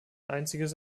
einziges